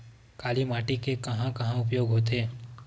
काली माटी के कहां कहा उपयोग होथे?